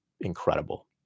incredible